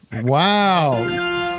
Wow